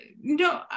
no